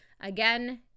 Again